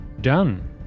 Done